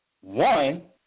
One